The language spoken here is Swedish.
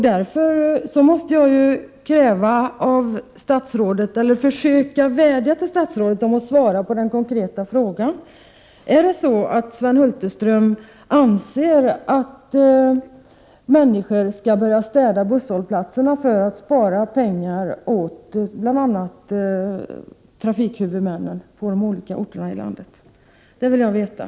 Därför måste jag försöka vädja till statsrådet att han skall svara på den konkreta frågan: Är det så att Sven Hulterström anser att människor skall börja städa busshållplatserna för att spara pengar åt bl.a. trafikhuvudmännen på de olika orterna i landet? Det vill jag veta.